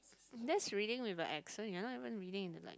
that's reading with my accent you don't even reading in the like